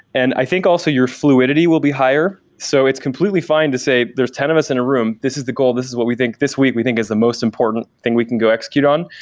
and i think, also, your fluidity will be higher. so it's completely fine to say, there's ten of us in a room. this is the goal. this is what we think. this week we think is the most important thing we can go execute on,